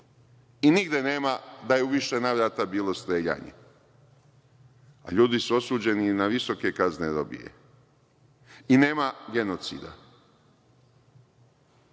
i nigde nema da je u više navrata bilo streljanje, a ljudi su osuđeni na visoke kazne robije, i nema genocida.